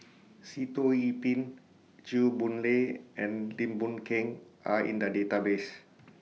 Sitoh Yih Pin Chew Boon Lay and Lim Boon Keng Are in The Database